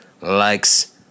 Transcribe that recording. likes